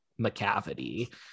McCavity